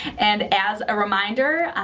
and as a reminder,